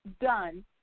done